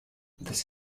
this